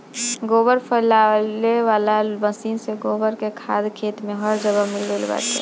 गोबर फइलावे वाला मशीन से गोबर कअ खाद खेत में हर जगह मिल गइल बाटे